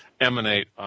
emanate